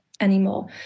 anymore